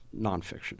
nonfiction